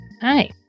Hi